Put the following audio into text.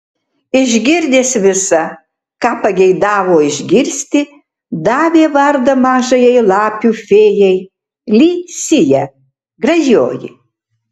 išgirdęs visa ką pageidavo išgirsti davė vardą mažajai lapių fėjai li sija gražioji